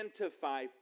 identify